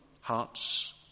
hearts